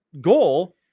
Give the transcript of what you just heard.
goal